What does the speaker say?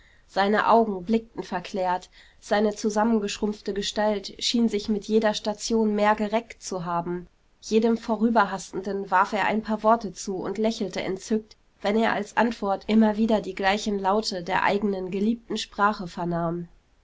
seine augen blickten verklärt seine zusammengeschrumpfte gestalt schien sich mit jeder station mehr gereckt zu haben jedem vorüberhastenden warf er ein paar worte zu und lächelte entzückt wenn er als antwort immer wieder die gleichen laute der eigenen geliebten sprache vernahm